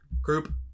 Group